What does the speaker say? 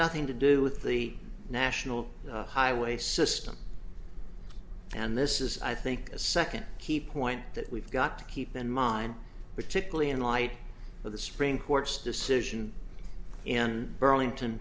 nothing to do with the national highway system and this is i think a second key point that we've got to keep in mind particularly in light of the spring court's decision in burlington